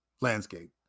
landscape